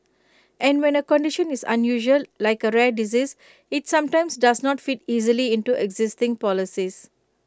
and when A condition is unusual like A rare disease IT sometimes does not fit easily into existing policies